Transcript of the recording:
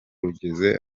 rugeze